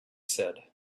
said